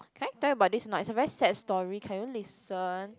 can I tell you about this not it's a very sad story can you listen